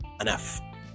enough